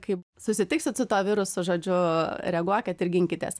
kaip susitiksit su tuo virusu žodžiu reaguokit ir ginkitės